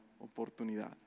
oportunidad